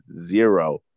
zero